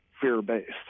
fear-based